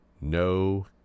No